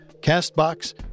Castbox